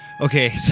okay